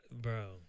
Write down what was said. Bro